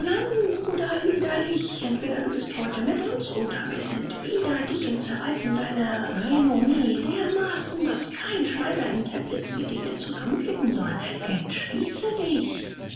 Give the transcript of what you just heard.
bruder lüderlich entweder du bist heute mit uns oder wir sind wider dich und zerreißen deine renomme dermaßen daß kein schneider in teplitz sie dir wieder zusammenflicken soll entschließe dich